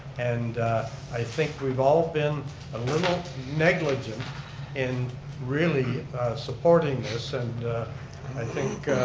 and i think we've all been a little negligent in really supporting this, and i think,